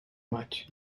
much